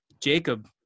Jacob